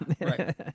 right